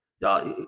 y'all